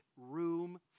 room